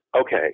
Okay